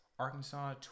Arkansas